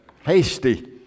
hasty